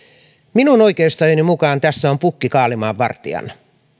minun oikeustajuni mukaan tässä on pukki kaalimaan vartijana